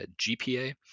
GPA